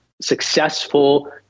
successful